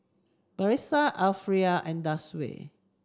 Batrisya Arifa and Darwish